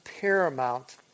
paramount